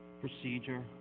procedure